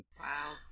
wow